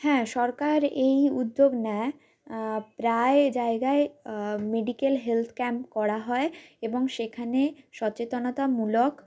হ্যাঁ সরকার এই উদ্যোগ নেয় প্রায় জায়গায় মেডিক্যাল হেলথ ক্যাম্প করা হয় এবং সেখানে সচেতনতামূলক